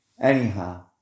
Anyhow